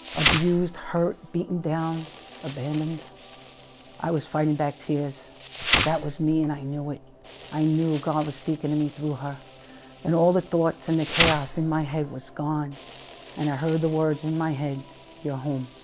abused hurt beaten down abandoned i was fighting back tears that was me and i knew it i knew god was speaking to me through her and all the thoughts and the chaos in my, head, was gone and i heard the words in my head you're home?